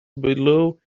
below